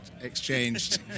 exchanged